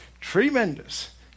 tremendous